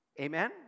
Amen